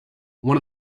one